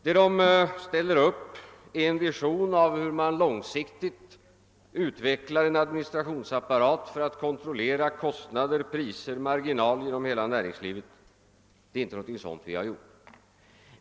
Det som här ställs upp är en vision av hur man långsiktigt utvecklar en administrationsapparat för att kontrollera kostnader, priser och marginaler inom hela näringslivet, och det är inte någonting sådant vi har gjort.